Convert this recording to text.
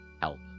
Help